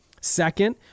Second